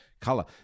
color